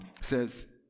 says